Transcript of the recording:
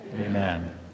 Amen